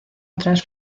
otras